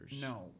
No